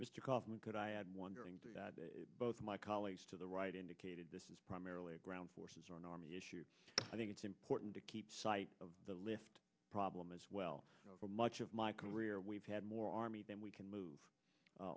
mr kaufman could i add wondering to both my colleagues to the right indicated this is primarily a ground forces or an army issue i think it's important to keep sight of the list problem as well much of my career we've had more army than we can move